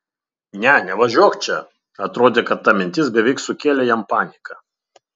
ne nevažiuok čia atrodė kad ta mintis beveik sukėlė jam paniką